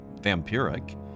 vampiric